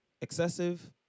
excessive